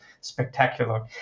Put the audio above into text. spectacular